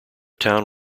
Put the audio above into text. town